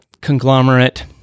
conglomerate